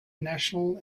national